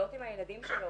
להיות עם הילדים שלו,